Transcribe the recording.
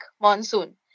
monsoon